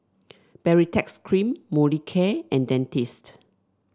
Baritex Cream Molicare and Dentiste